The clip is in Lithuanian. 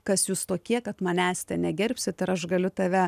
kas jūs tokie kad manęs ten negerbsit ir aš galiu tave